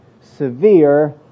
severe